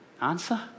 Answer